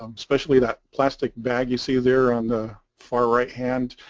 um especially that plastic bag you see there on the far right-hand.